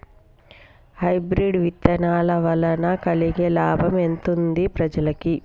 Hybrid విత్తనాల వలన కలిగే లాభం ఎంతుంది ప్రజలకి?